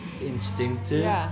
instinctive